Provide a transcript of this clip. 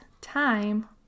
time